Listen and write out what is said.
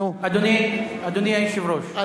אדוני היושב-ראש,